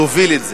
תוביל את זה.